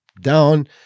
down